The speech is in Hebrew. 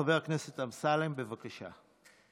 חבר הכנסת אמסלם, בבקשה.